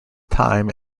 time